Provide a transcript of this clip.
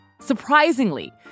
Surprisingly